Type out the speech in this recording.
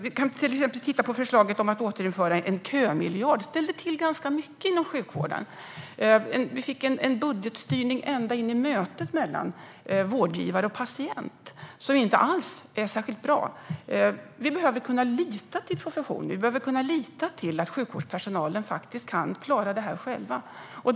Vi kan till exempel titta på förslaget om att återinföra en kömiljard. Det ställde till ganska mycket inom sjukvården. Vi fick en budgetstyrning ända in i mötet mellan vårdgivare och patient som inte alls var särskilt bra. Vi behöver kunna lita till professionen och till att sjukvårdspersonalen kan klara det här själva.